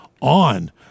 on